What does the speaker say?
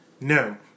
No